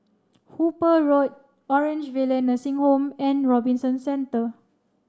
Hooper Road Orange Valley Nursing Home and Robinson Centre